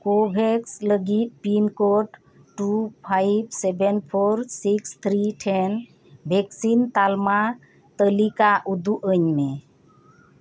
Covax ᱞᱟᱹᱜᱤᱫ pin code two five seven four six three then vaccine ᱛᱟᱞᱢᱟ ᱛᱟᱞᱤᱠᱟ ᱩᱫᱩᱜ ᱟᱹᱧᱢᱮ